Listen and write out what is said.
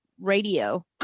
Radio